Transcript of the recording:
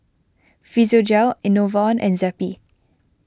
Physiogel Enervon and Zappy